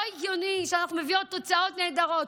לא הגיוני שאנחנו מביאות תוצאות נהדרות,